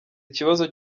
ikibazo